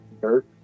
dirt